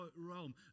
realm